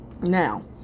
now